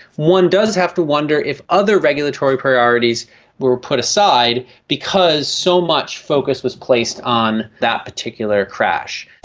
one does have to wonder if other regulatory priorities were put aside because so much focus was placed on that particular crash.